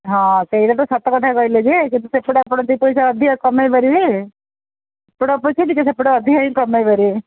ହଁ ସେଇଟା ତ ସତ କଥା କହିଲେ ଯେ କିନ୍ତୁ ସେପଟେ ଆପଣ ଦିପଇସା ଅଧିକା କମେଇପାରିବେ ଯୋଉଟା ବୁଝିଲି ଯେ ସେପଟେ ଅଧିକା ହିଁ କମେଇ ପାରିବେ